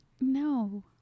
No